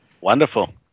Wonderful